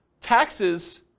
taxes